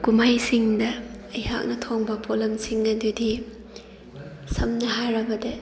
ꯀꯨꯝꯍꯩꯁꯤꯡꯗ ꯑꯩꯍꯥꯛꯅ ꯊꯣꯡꯕ ꯄꯣꯠꯂꯝꯁꯤꯡ ꯑꯗꯨꯗꯤ ꯁꯝꯅ ꯍꯥꯏꯔꯕꯗ